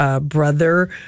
brother